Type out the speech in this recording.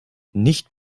nicht